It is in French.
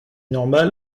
normal